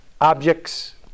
objects